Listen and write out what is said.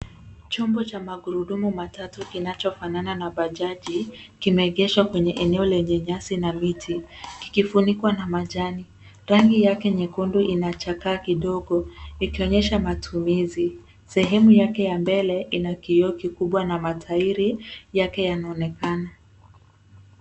Chombo cha magurudumu matatu kinachofanana na bajaji kimeegeshwa kwenye eneo lenye nyasi na miti kikifunikwa na majani. Rangi yake nyekundu inachakaa kidogo ikionyesha matumizi. Sehemu yake ya mbele ina kioo kikubwa na matairi yake yanaonekana.